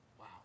wow